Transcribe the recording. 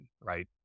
Right